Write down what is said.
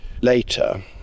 later